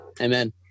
amen